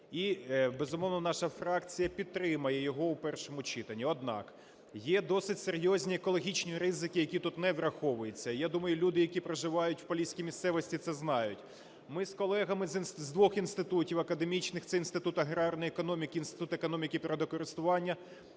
І, безумовно, наша фракція підтримує його у першому читанні. Однак є досить серйозні екологічні ризики, які тут не враховуються. Я думаю, люди, які проживають в поліській місцевості, це знають. Ми з колегами з двох інститутів академічних – це Інститут аграрної економіки, Інститут економіки природокористування